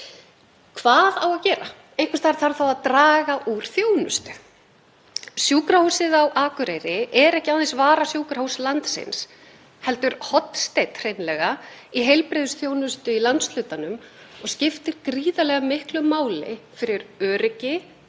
Hvað á að gera? Einhvers staðar þarf þá að draga úr þjónustu. Sjúkrahúsið á Akureyri er ekki aðeins varasjúkrahús landsins heldur hreinlega hornsteinn í heilbrigðisþjónustu í landshlutanum og skiptir gríðarlega miklu máli fyrir öryggi,